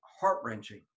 heart-wrenching